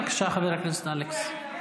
בבקשה, חבר הכנסת אלכס.